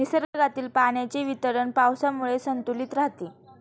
निसर्गातील पाण्याचे वितरण पावसामुळे संतुलित राहते